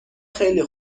خیلی